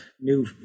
new